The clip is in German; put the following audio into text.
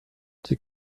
die